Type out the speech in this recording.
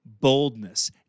boldness